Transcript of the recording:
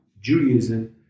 Judaism